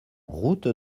route